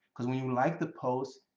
cause when you like the post,